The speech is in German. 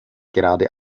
gerade